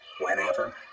whenever